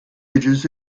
ages